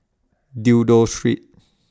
Dido Street